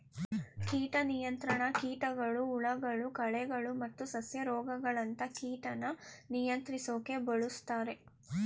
ಕೀಟ ನಿಯಂತ್ರಣ ಕೀಟಗಳು ಹುಳಗಳು ಕಳೆಗಳು ಮತ್ತು ಸಸ್ಯ ರೋಗಗಳಂತ ಕೀಟನ ನಿಯಂತ್ರಿಸೋಕೆ ಬಳುಸ್ತಾರೆ